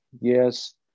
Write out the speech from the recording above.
yes